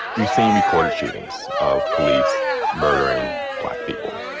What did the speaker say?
we've seen recorded shootings of police murdering black people.